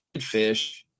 fish